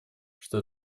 что